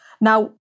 Now